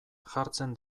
jartzen